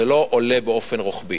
זה לא עולה באופן רוחבי.